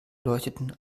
leuchteten